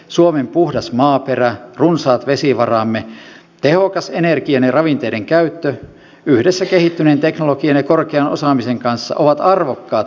suomen puhdas maaperä runsaat vesivaramme ja tehokas energian ja ravinteiden käyttö yhdessä kehittyneen teknologian ja korkean osaamisen kanssa ovat arvokkaat voimavaramme